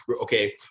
okay